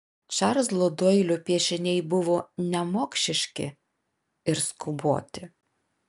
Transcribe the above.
čarlzo doilio piešiniai buvo nemokšiški ir skuboti